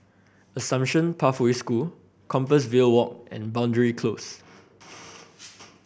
Assumption Pathway School Compassvale Walk and Boundary Close